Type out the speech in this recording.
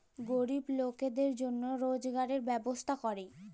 গরিব লকদের জনহে রজগারের ব্যবস্থা ক্যরে